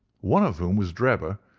one of whom was drebber,